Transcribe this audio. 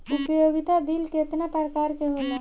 उपयोगिता बिल केतना प्रकार के होला?